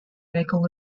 mekong